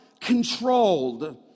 controlled